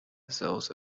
those